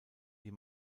die